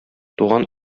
туган